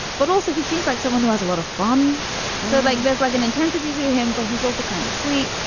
but also he seems like someone who has a lot of fun so like there's like an intensity to him but he's also kind of sweet.